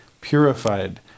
purified